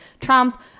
Trump